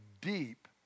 deep